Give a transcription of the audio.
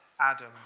Adam